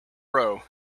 row